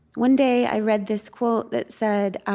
one day, i read this quote that said,